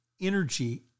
energy